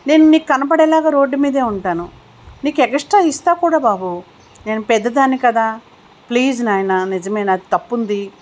నేను నీకు కనపడేలాగ రోడ్డు మీద ఉంటాను నీకు ఎక్స్ట్రా ఇస్తాను కూడా బాబు నేను పెద్దదాన్ని కదా ప్లీజ్ నాయన నిజమే నాది తప్పు ఉంది